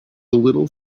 little